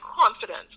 confidence